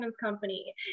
company